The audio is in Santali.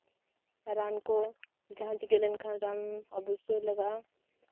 ᱨᱟᱱ ᱠᱚ ᱡᱟᱦᱟᱸ ᱪᱤᱠᱟᱹ ᱞᱮᱱᱠᱷᱟᱱ ᱨᱟᱱ ᱚᱵᱚᱥᱥᱳᱭ ᱞᱟᱜᱟᱜᱼᱟ